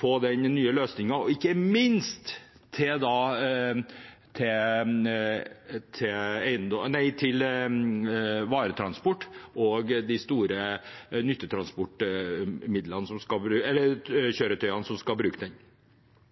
få den nye løsningen, ikke minst for varetransporten og de store nyttekjøretøyene som skal bruke den. Venstre er veldig opptatt av det lokale initiativet, det er det som skal trumfe her. Det er de som faktisk skal